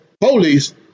police